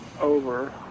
over